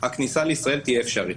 הכניסה לישראל תהיה אפשרית.